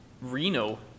Reno